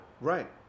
Right